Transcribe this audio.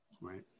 right